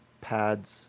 pads